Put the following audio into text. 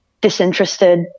disinterested